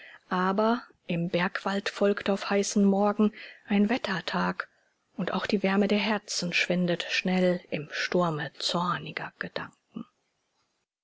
aber im bergwald folgt auf heißen morgen ein wettertag und auch die wärme der herzen schwindet schnell im sturme zorniger gedanken